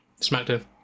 Smackdown